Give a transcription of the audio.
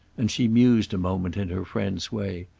and she mused a moment in her friend's way.